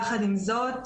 יחד עם זאת,